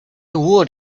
would